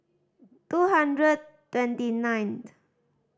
two hundred twenty ninth